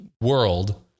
world